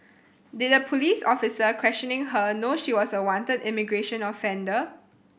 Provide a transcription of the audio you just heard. did the police officer questioning her know she was a wanted immigration offender